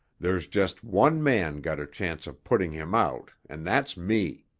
there's just one man got a chance of putting him out and that's me.